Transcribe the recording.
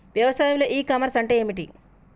వ్యవసాయంలో e commerce అంటే ఏమిటి?